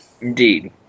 Indeed